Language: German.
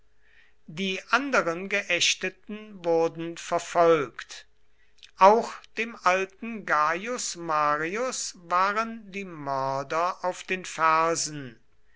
die anderen geächteten wurden verfolgt auch dem alten gaius marius waren die mörder auf den fersen